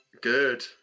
Good